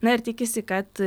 na ir tikisi kad